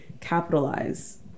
capitalize